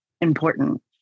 important